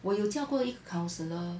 我有叫过一个 counsellor